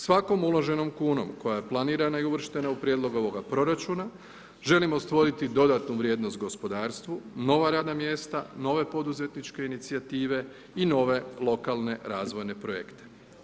Svakom uloženom kunom koja je planirana i uvrštena u prijedlog ovoga proračuna želimo stvoriti dodatnu vrijednost gospodarstvu, nova radna mjesta, nove poduzetničke inicijative i nove lokalne razvojne projekte.